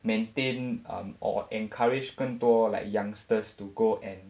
maintain um or encourage 更多 like youngsters to go and